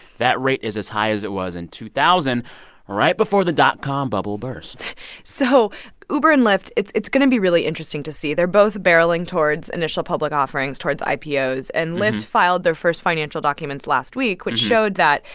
that rate is as high as it was in two thousand right before the dot dot com bubble burst so uber and lyft it's it's going to be really interesting to see. they're both barreling towards initial public offerings towards ipos. and lyft filed their first financial documents last week, which showed that,